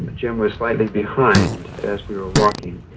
jim was slightly behind as we were walking.